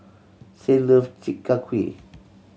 Saint love Chi Kak Kuih